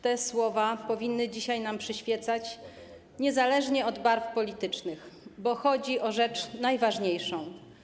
Te słowa powinny dzisiaj nam przyświecać niezależnie od barw politycznych, bo chodzi o rzecz najważniejszą.